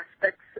aspects